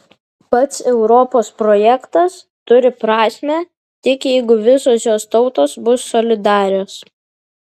pats europos projektas turi prasmę tik jeigu visos jos tautos bus solidarios